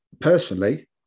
personally